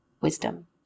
wisdom